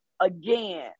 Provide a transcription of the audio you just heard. again